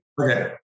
Okay